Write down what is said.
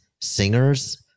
singers